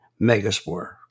megaspore